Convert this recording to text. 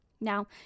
now